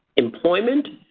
employment,